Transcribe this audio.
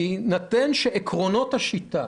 בהינתן שעקרונות השיטה